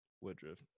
Woodruff